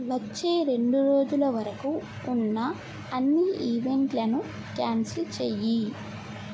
వచ్చే రెండు రోజుల వరకు ఉన్న అన్ని ఈవెంట్లను క్యాన్సిల్ చెయ్యి